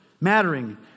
mattering